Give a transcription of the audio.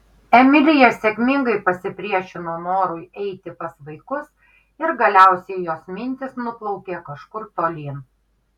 emilija sėkmingai pasipriešino norui eiti pas vaikus ir galiausiai jos mintys nuplaukė kažkur tolyn